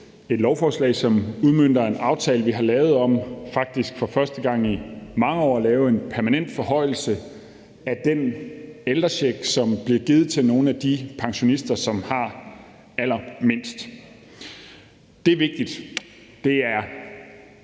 et lovforslag, som udmønter en aftale, vi har lavet om faktisk for første gang i mange år at lave en permanent forhøjelse af den ældrecheck, som blev givet til nogle af de pensionister, som har allermindst. Det er vigtigt. Det er